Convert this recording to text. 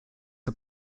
are